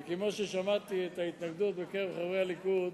וכמו ששמעתי את ההתנגדות בקרב חברי הליכוד